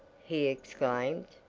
he exclaimed,